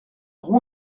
roi